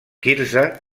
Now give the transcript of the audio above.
quirze